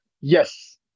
Yes